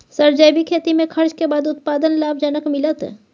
Sir जैविक खेती में खर्च के बाद उत्पादन लाभ जनक मिलत?